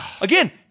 Again